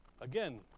Again